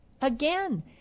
again